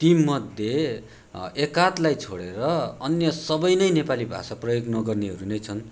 ती मध्ये एकाधलाई छोडेर अन्य सब नै नेपाली भाषा प्रयोग नगर्नेहरू नै छन्